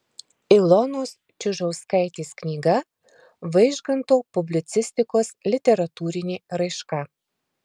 ilonos čiužauskaitės knyga vaižganto publicistikos literatūrinė raiška